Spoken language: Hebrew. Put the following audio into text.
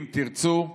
אם תרצו,